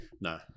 No